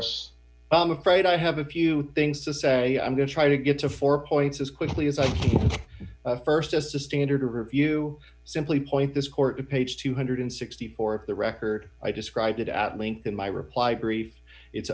us i'm afraid i have a few things to say i'm going to try to get to four points as quickly as i first just a standard review simply point this court to page two hundred and sixty four of the record i described it at length in my reply brief it's